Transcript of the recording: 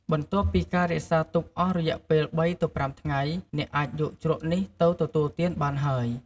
បន្ទាប់ពីការរក្សាទុកអស់រយៈពេល ៣-៥ ថ្ងៃ អ្នកអាចយកជ្រក់នេះទៅទទួលទានបានហើយ។